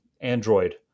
Android